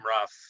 rough